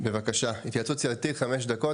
בבקשה, התייעצות סיעתית, 5 דקות.